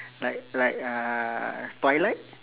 like like uh twilight